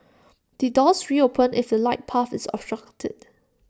the doors reopen if the light path is obstructed